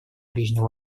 ближнем